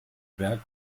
berg